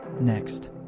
Next